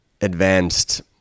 advanced